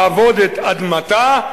לעבוד את אדמתה.